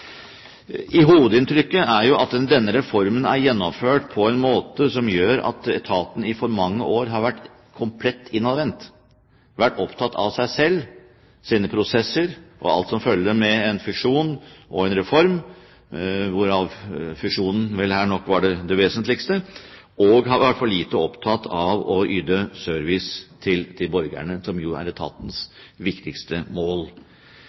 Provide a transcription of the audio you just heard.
Hovedinntrykket er at denne reformen er gjennomført på en måte som gjør at etaten i for mange år har vært komplett innadvendt, vært opptatt av seg selv, sine prosesser og alt som følger med en fusjon og en reform – hvorav fusjonen vel her nok var det vesentligste – og har vært for lite opptatt av å yte service til borgerne, som jo er etatens viktigste mål.